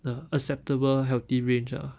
the acceptable healthy range ah